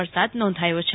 વરસાદ નોંધાયો છે